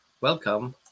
welcome